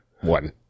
One